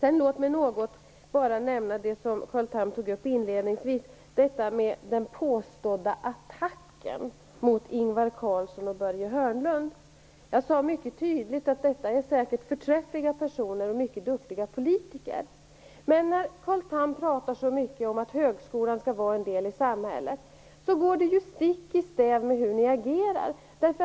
Inledningsvis tog Carl Tham upp den påstådda attacken mot Ingvar Carlsson och Börje Hörnlund. Jag sade mycket tydligt att de säkert är förträffliga personer och mycket duktiga politiker. Carl Tham pratar så mycket om att högskolan skall vara en del i samhället, men det går stick i stäv med hur regeringen agerar.